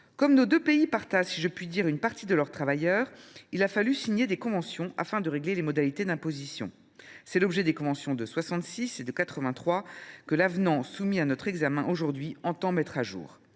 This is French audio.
Comme nos deux pays partagent, si je puis dire, une partie de leurs travailleurs, il a fallu signer des conventions afin de régler les modalités d’imposition. Tel est l’objet des conventions de 1966 et de 1983, que l’avenant soumis à notre examen aujourd’hui met à jour